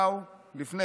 לפני 11 שנה.